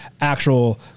actual